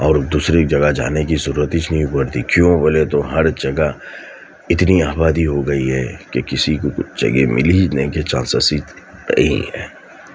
اور دوسری جگہ جانے کی ضرورت ہی نہیں پڑتی کیوں بولے تو ہر جگہ اتنی آبادی ہو گئی ہے کہ کسی کو کچھ جگہ مل ہی نہیں ہے چانسیس ہچ نہیں ہیں